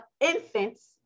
infants